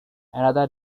another